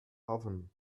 oven